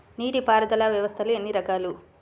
నీటిపారుదల వ్యవస్థలు ఎన్ని రకాలు?